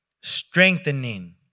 strengthening